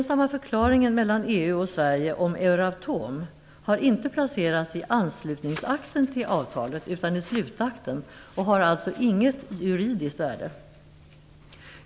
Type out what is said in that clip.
Sverige om Euratom har inte placerats i anslutningsakten till avtalet, utan i slutakten och har alltså inget juridiskt värde.